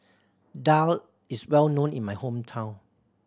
daal is well known in my hometown